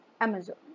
Amazon